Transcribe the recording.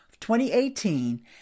2018